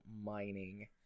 mining